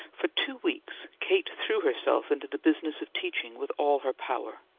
for two weeks kate threw herself into the business of teaching with all her power.